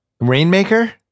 Rainmaker